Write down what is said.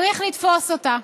צריך לתפוס אותה.